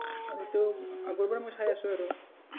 আৰু তেওঁক আগৰ পৰাই মই চাই আছো আৰু